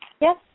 Yes